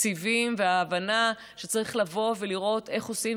ותקציבים והבנה שצריך לבוא ולראות איך עושים,